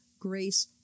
Grace